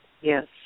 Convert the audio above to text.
Yes